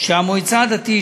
שהמועצה הדתית,